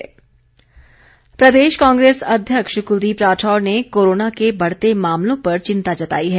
राठौर प्रदेश कांग्रेस अध्यक्ष कुलदीप राठौर ने कोरोना के बढ़ते मामलों पर चिंता जताई है